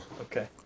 Okay